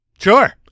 Sure